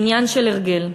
"עניין של הרגל":